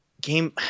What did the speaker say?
Game